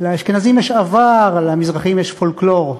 לאשכנזים יש עבר, למזרחים יש פולקלור.